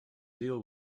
deal